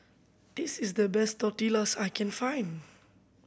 this is the best Tortillas I can find